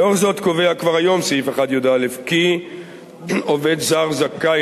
לאור זאת קובע כבר היום סעיף 1יא כי עובד זר זכאי